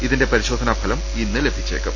ഇതിന്റെ പരി ശോധനാ ഫലം ഇന്ന് ലഭിച്ചേക്കും